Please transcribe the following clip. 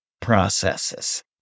processes